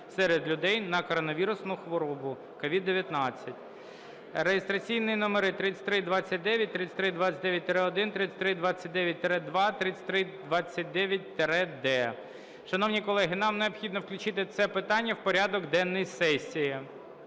серед людей на коронавірусну хворобу (COVID-19) (реєстраційні номери 3329, 3329-1, 3329-2, 3329-д). Шановні колеги, нам необхідно включити це питання в порядок денний сесії.